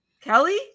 Kelly